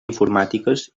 informàtiques